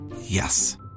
Yes